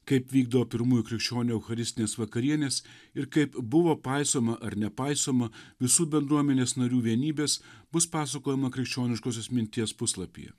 kaip vykdavo pirmųjų krikščionių eucharistinės vakarienės ir kaip buvo paisoma ar nepaisoma visų bendruomenės narių vienybės bus pasakojama krikščioniškosios minties puslapyje